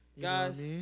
Guys